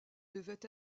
devait